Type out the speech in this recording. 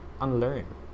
unlearn